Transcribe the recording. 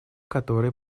которые